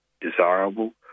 desirable